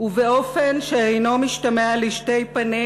ובאופן שאינו משתמע לשתי פנים: